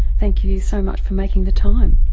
thank you so much for making the time.